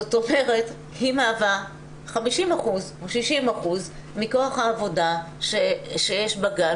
זאת אומרת היא מהווה 50% או 60% מכוח העבודה שיש בגן